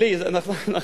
שלילי, נכון.